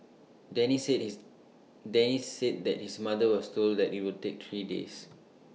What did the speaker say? Denny said his Danny said that his mother was told that IT would take three days